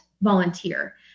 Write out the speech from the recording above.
Volunteer